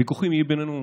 ויכוחים יהיו בינינו,